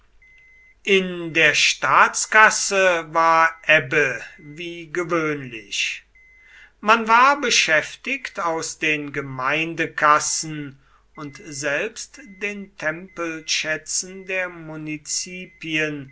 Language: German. in der staatskasse war ebbe wie gewöhnlich man war beschäftigt aus den gemeindekassen und selbst den tempelschätzen der